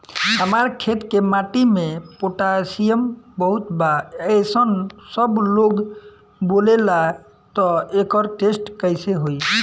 हमार खेत के माटी मे पोटासियम बहुत बा ऐसन सबलोग बोलेला त एकर टेस्ट कैसे होई?